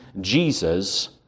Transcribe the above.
Jesus